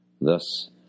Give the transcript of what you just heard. Thus